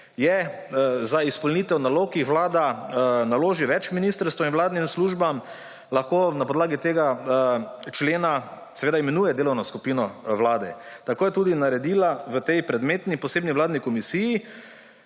za izpolnitev nalog, ki jih vlada naloži več ministrstvom in vladnim službam, lahko na podlagi tega člena seveda imenuje delovno skupino vlade. Tako je tudi naredila v tej predmetni posebni vladni komisiji.